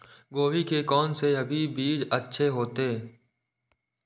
गोभी के कोन से अभी बीज अच्छा होते?